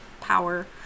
power